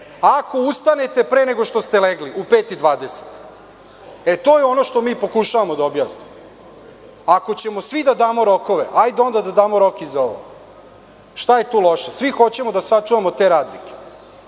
ako ustanete pre nego što ste legli, u 05.20. To je ono što mi pokušavamo da objasnimo. Ako ćemo svi da damo rokove, hajde onda da damo rok i za ovo. Šta je tu loše? Svi hoćemo da sačuvamo te radnike,